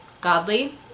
godly